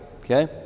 Okay